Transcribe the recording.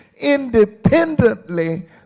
independently